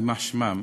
יימח שמם,